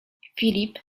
filip